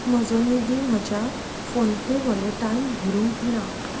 म्हजो निधी म्हज्या फोनपे वॉलेटांत भरूंक ना